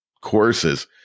courses